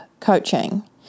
coaching